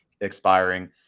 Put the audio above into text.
expiring